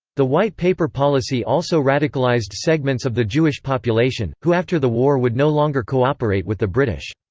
the white paper policy also radicalised segments of the jewish population, who after the war would no longer cooperate with the british.